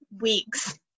weeks